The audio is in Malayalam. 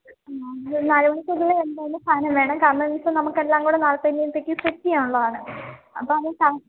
എന്നാൽ ഒരു നാലു മണിക്കുള്ളിൽ എന്തായാലും സാധനം വേണം കാരണം ഇപ്പം നമുക്കെല്ലാം കൂടെ നാളത്തേനെത്തേക്ക് സെറ്റ് ചെയ്യാനുള്ളതാണ് അപ്പം അത്